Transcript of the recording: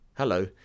Hello